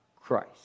Christ